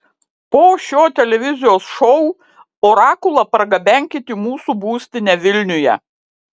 po šio televizijos šou orakulą pargabenkit į mūsų būstinę vilniuje